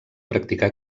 practicar